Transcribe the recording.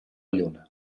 lluna